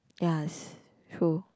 yes true